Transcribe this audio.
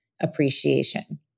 appreciation